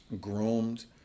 groomed